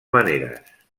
maneres